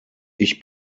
ich